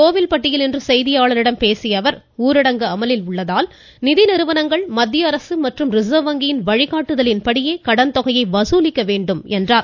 கோவில்பட்டியில் இன்று செய்தியாளர்களிடம் பேசிய அவர் ஊரடங்கு அமலில் உள்ளதால் நிதி நிறுவனஙகள் மத்திய அரசு மற்றும் ரிசர்வ் வங்கியின் வழிகாட்டுதலின் படியே கடன் தொகையை வசூலிக்க வேண்டும் என்றார்